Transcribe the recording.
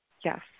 Yes